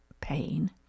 pain